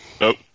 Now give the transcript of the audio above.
Nope